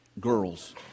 girls